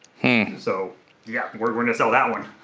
so yeah, we're going to sell that one,